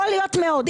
יכול להיות מאוד,